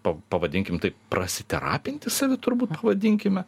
pa pavadinkim taip prasiterapinti save turbūt pavadinkime